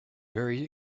very